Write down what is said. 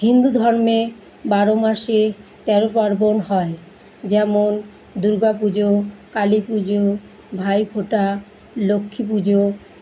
হিন্দু ধর্মে বারো মাসে তেরো পার্বন হয় যেমন দুর্গাপুজো কালীপুজো ভাইফোঁটা লক্ষ্মী পুজো